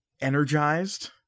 energized